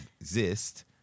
exist